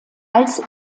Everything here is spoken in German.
als